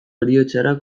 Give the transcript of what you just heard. heriotzara